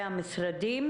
דבי בורשטיין,